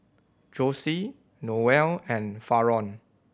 Jossie Noel and Faron